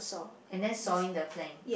and then sawing the plank